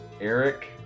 Eric